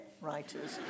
writers